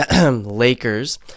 Lakers